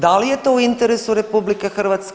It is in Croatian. Da li je to u interesu RH?